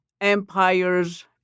empires